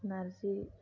नारजि